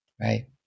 right